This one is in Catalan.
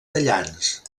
tallants